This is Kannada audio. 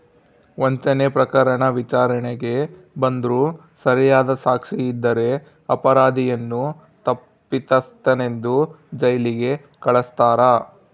ವಂಚನೆ ಪ್ರಕರಣ ವಿಚಾರಣೆಗೆ ಬಂದ್ರೂ ಸರಿಯಾದ ಸಾಕ್ಷಿ ಇದ್ದರೆ ಅಪರಾಧಿಯನ್ನು ತಪ್ಪಿತಸ್ಥನೆಂದು ಜೈಲಿಗೆ ಕಳಸ್ತಾರ